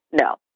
No